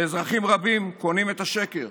ואזרחים רבים קונים את השקר,